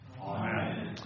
Amen